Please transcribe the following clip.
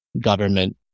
government